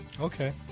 Okay